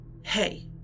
hey